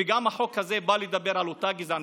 וגם החוק הזה בא לדבר על אותה גזענות.